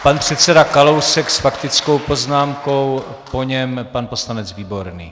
Pan předseda Kalousek s faktickou poznámkou, po něm pan poslanec Výborný.